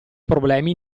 problemi